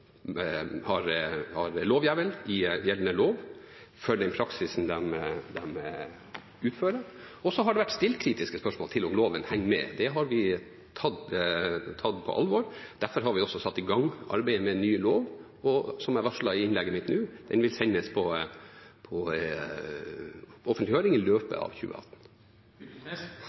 har hjemmel i gjeldende lov for den praksisen de har. Så har det blitt stilt kritiske spørsmål til om loven henger med. Det har vi tatt på alvor. Derfor har vi satt i gang arbeidet med en ny lov, og – som jeg varslet i innlegget mitt – den vil bli sendt på offentlig høring i løpet av 2018.